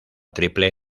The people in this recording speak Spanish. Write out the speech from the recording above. triple